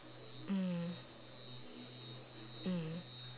mm mm